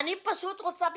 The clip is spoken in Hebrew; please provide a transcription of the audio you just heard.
אני פשוט רוצה ביטחון.